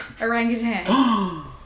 Orangutan